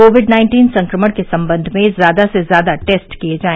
Covid nineteen संक्रमण के सम्बन्ध में ज्यादा से ज्यादा टेस्ट किए जाए